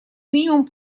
минимум